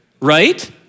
right